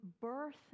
birth